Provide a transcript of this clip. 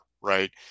right